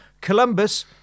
Columbus